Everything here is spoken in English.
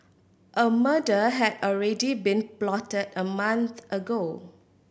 a murder had already been plotted a month ago